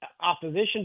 opposition